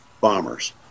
bombers